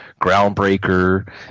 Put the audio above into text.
groundbreaker